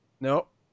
Nope